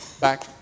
back